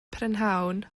prynhawn